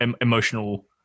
emotional